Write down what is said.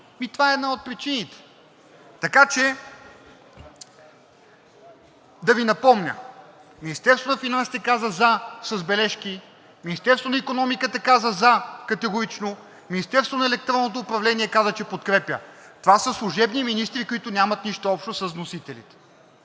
това е една от причините. Така че да Ви напомня: Министерството на финансите каза „за“ с бележки, Министерството на икономиката каза „за“ категорично, Министерството на електронното управление каза, че подкрепя. Това са служебни министри, които нямат нищо общо с вносителите,